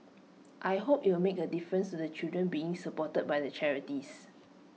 I hope IT will make A difference to the children being supported by the charities